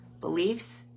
beliefs